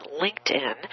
LinkedIn